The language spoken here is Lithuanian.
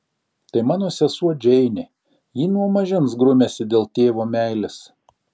tai mano sesuo džeinė ji nuo mažens grumiasi dėl tėvo meilės